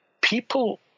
people